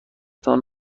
تان